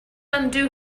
undo